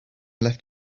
left